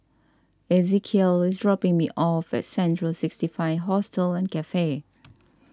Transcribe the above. Ezekiel is dropping me off at Central sixty five Hostel and Cafe